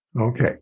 Okay